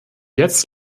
jetzt